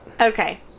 Okay